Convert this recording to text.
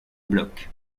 bloc